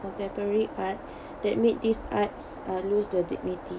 contemporary art that made this arts uh lose their dignity